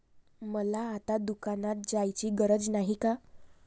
मला आता दुकानात जायची गरज नाही का?